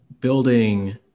building